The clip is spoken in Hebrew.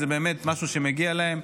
וזה באמת משהו שמגיע להם.